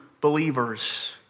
believers